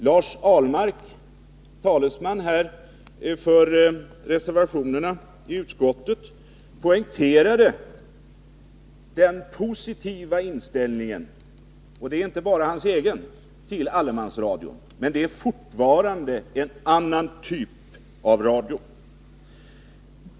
Lars Ahlmark, talesman för reservanterna i utskottet, poängterade vår positiva inställning — och det är inte bara hans egen -— till allemansradion. Men det är fortfarande en annan typ av radio.